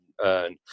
earn